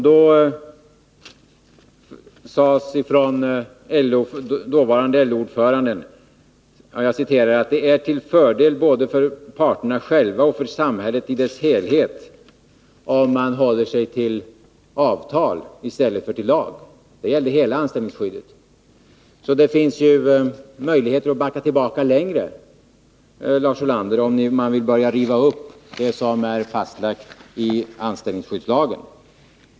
Då sade dåvarande LO-ordföranden: ”Det är till fördel både för parterna själva och för samhället i dess helhet om man håller sig till avtal i stället för till lag.” Det gällde hela anställningsskyddet. Det finns alltså möjligheter att gå längre tillbaka, Lars Ulander, om man vill börja riva upp det som är fastlagt i anställningsskyddslagen.